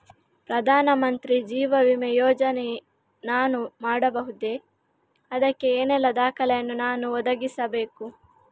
ಪ್ರಧಾನ ಮಂತ್ರಿ ಜೀವ ವಿಮೆ ಯೋಜನೆ ನಾನು ಮಾಡಬಹುದೇ, ಅದಕ್ಕೆ ಏನೆಲ್ಲ ದಾಖಲೆ ಯನ್ನು ನಾನು ಒದಗಿಸಬೇಕು?